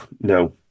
no